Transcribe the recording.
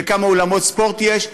וכמה אולמות ספורט יש,